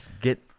get